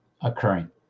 occurring